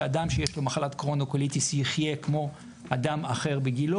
שאדם שיש לו מחלת קרוהן או קוליטיס יחיה כמו אדם אחר בגילו